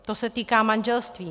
To se týká manželství.